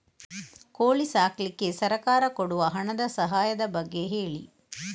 ಕೋಳಿ ಸಾಕ್ಲಿಕ್ಕೆ ಸರ್ಕಾರ ಕೊಡುವ ಹಣದ ಸಹಾಯದ ಬಗ್ಗೆ ಹೇಳಿ